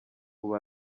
ubu